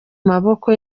maboko